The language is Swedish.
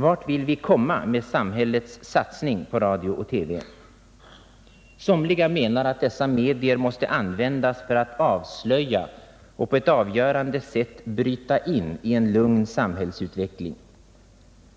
Vart vill vi komma med samhällets satsning på radio och TV? Somliga menar att dessa medier måste användas för att avslöja och på ett avgörande sätt bryta in i en lugn samhällsutveckling.